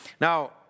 Now